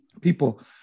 People